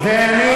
ואני